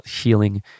healing